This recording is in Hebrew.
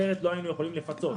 אחרת, לא היינו יכולים לפצות.